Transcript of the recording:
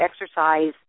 exercise